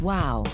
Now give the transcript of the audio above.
Wow